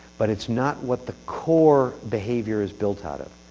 but it's not what the core behavior is built out of.